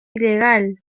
ilegal